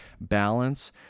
balance